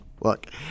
Look